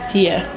yeah,